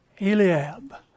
Eliab